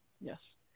yes